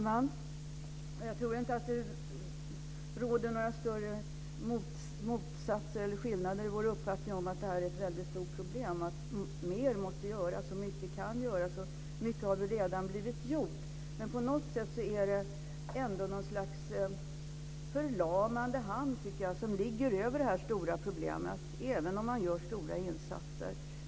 Herr talman! Jag tror inte att det råder några större skillnader i vår uppfattning om att det är ett väldigt stort problem och att mer måste göras. Mycket kan göras, och mycket har redan blivit gjort. Men på något sätt är det ändå något slags förlamande hand som ligger över detta stora problem även om man gör stora insatser.